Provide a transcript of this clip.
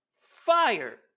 fire